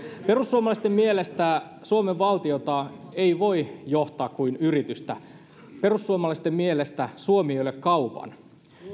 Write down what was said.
perussuomalaisten mielestä suomen valtiota ei voi johtaa kuin yritystä perussuomalaisten mielestä suomi ei ole kaupan